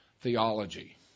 theology